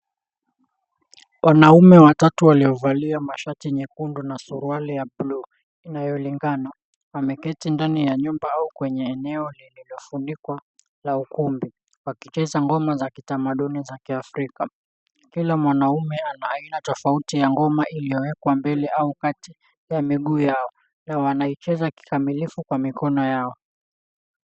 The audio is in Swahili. Wanaume watatu waliovalia mashati nyekundu na suruali ya buluu inayolingana, wameketi ndani ya nyumba au kwenye eneo lililofunikwa la ukumbi wakicheza ngoma za kitamaduni za kiafrika kila mwanaume ana aina tofauti ya ngoma iliyowekwa mbele au kati ya miguu yao, na wanaicheza kikamilifu kwa mikono yao.